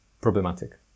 problematic